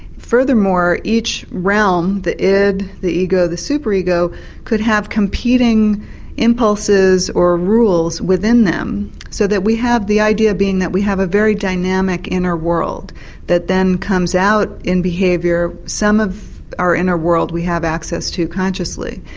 furthermore each realm the id, the ego, the super ego could have competing impulses or rules within them so that we have the idea that we have a very dynamic inner world that then comes out in behaviour. some of our inner world we have access to consciously,